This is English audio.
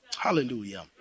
Hallelujah